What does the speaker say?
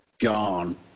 gone